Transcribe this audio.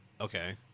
Okay